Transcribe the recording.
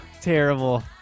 Terrible